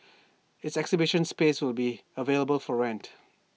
its exhibition space will be available for rent